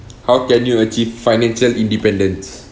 how can you achieve financial independence